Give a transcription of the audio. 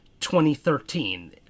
2013